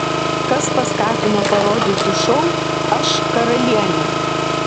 kas paskatino parodyti šou aš karalienė